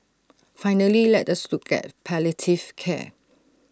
finally let us look at palliative care